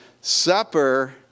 Supper